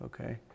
Okay